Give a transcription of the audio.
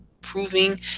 proving